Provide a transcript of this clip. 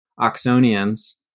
Oxonians